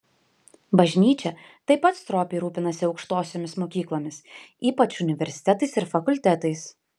bažnyčia taip pat stropiai rūpinasi aukštosiomis mokyklomis ypač universitetais ir fakultetais